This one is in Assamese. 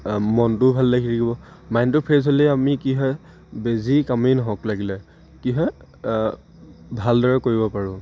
মনটোও ভাল লাগি থাকিব মাইণ্ডটো ফ্ৰেছ হ'লে আমি কি হয় বে যি কামেই নহওক লাগিলে কি হয় ভালদৰে কৰিব পাৰোঁ